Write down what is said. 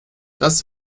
das